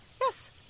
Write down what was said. yes